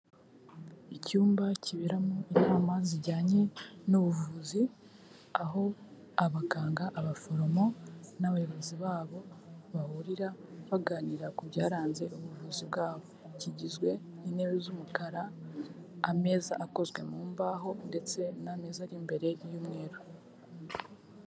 Icymba kiberamo inama zijyanye n'ubuvuzi aho abaganga, abaforomo na bayobozi babo bahurira baganira kubyaranze ubuvuzi bwabo, kigizwe n'intebe z'umukara, ameza akozwe mu mbaho ndetse n'ameza ari imbere y'umweru.